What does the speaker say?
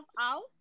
out